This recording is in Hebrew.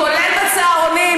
כולל בצהרונים.